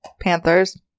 Panthers